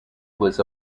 was